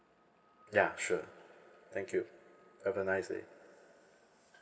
ya sure thank you have a nice day